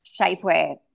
shapewear